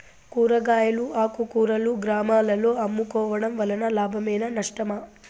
కూరగాయలు ఆకుకూరలు గ్రామాలలో అమ్ముకోవడం వలన లాభమేనా నష్టమా?